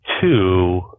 two